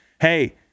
Hey